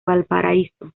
valparaíso